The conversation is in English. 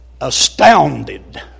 Astounded